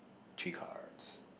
three cards